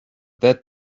that